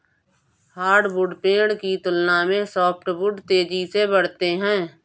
hardwood पेड़ की तुलना में सॉफ्टवुड तेजी से बढ़ते हैं